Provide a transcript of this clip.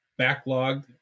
backlogged